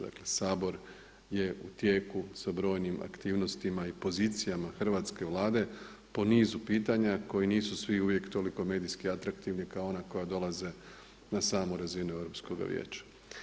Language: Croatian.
Dakle, Sabor je u tijeku sa brojnim aktivnostima i pozicijama hrvatske Vlade po nizu pitanja koji nisu svi uvijek toliko medijski atraktivni kao ona koja dolaze na samu razinu Europskoga vijeća.